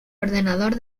ordenador